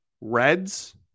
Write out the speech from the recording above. Reds